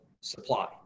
Supply